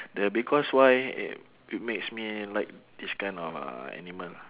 the because why it it makes me like this kind of uh animal